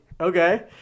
Okay